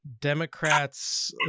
Democrats